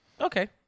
Okay